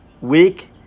Week